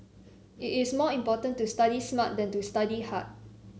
it is more important to study smart than to study hard